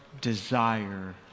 desire